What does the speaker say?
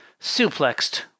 suplexed